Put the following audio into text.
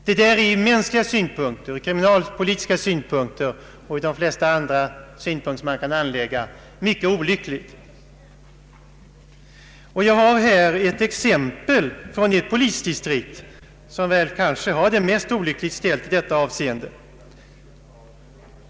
Detta är ur mänskliga, kriminalpolitiska och ur de flesta andra synpunkter man kan anlägga mycket olyckligt. Jag kan anföra ett exempel från det polisdistrikt, som kanske har det svårast ställt i detta avseende.